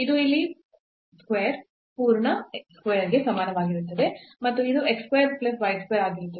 ಇದು ಇಲ್ಲಿ square ಪೂರ್ಣ square ಗೆ ಸಮನಾಗಿರುತ್ತದೆ ಮತ್ತು ಇದು x square plus y square ಆಗಿರುತ್ತದೆ